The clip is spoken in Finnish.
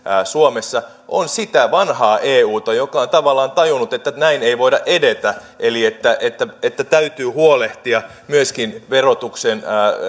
suomessa on sitä vanhaa euta joka on tavallaan tajunnut että näin ei voida edetä eli että että täytyy huolehtia myöskin verotuksen